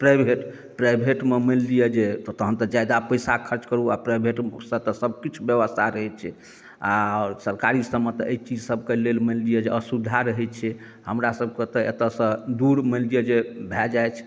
private प्राइभेटमे मानि लिअ जे तऽ तहन तऽ जादा पैसा खर्च करू आ प्राइवेटसँ एतऽ तऽ सब किछु व्यवस्था रहैत छै आ सरकारी सबमे तऽ एहि चीज सब कऽ लेल मानि लिअ जे असुविधा रहैत छै हमरा सब कऽ तऽ एतऽसँ दूर मानि लिअ जे भए जाइत अछि